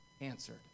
answered